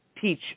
teach